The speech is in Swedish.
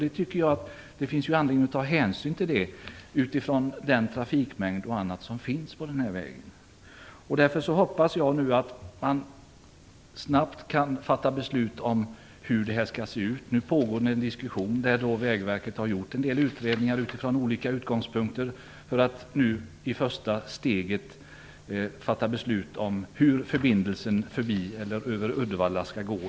Det tycker jag att det finns anledning att ta hänsyn till, med tanke på den trafikmängd som finns på den här vägen. Därför hoppas jag nu att man snabbt kan fatta beslut om hur det här skall se ut. Nu pågår en diskussion. Vägverket har gjort en del utredningar utifrån olika utgångspunkter för att i första steget fatta beslut om hur förbindelsen över Uddevalla skall gå.